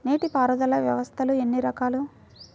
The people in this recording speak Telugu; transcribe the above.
నీటిపారుదల వ్యవస్థలు ఎన్ని రకాలు?